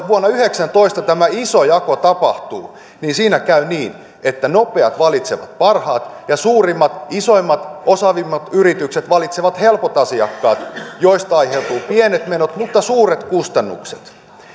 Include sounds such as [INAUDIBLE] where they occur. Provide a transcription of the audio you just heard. [UNINTELLIGIBLE] vuonna yhdeksäntoista tämä iso jako tapahtuu niin siinä käy niin että nopeat valitsevat parhaat ja että suurimmat isoimmat osaavimmat yritykset valitsevat helpot asiakkaat joista aiheutuu pienet menot mutta suuret kustannukset